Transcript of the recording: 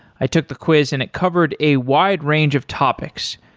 i took the quiz and it covered a wide range of topics,